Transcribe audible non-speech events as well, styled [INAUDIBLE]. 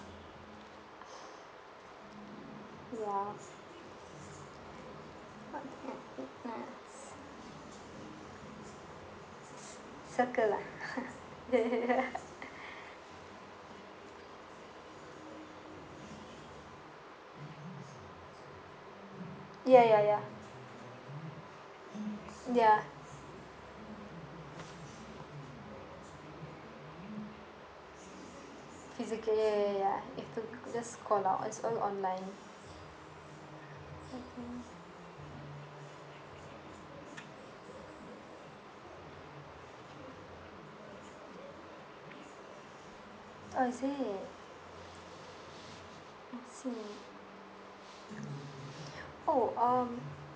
ya mm circle ah [LAUGHS] ya ya ya ya physical ya ya ya you have to just call out it's all online oh is it I see oh um